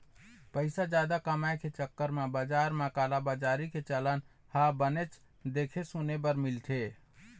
पइसा जादा कमाए के चक्कर म बजार म कालाबजारी के चलन ह बनेच देखे सुने बर मिलथे